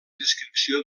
descripció